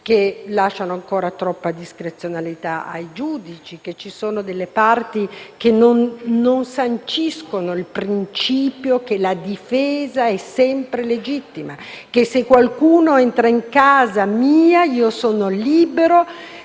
che lasciano ancora troppa discrezionalità ai giudici. Ci sono delle parti che non sanciscono il principio per cui la difesa è sempre legittima e che, se qualcuno entra in casa mia, sono libero